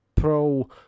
Pro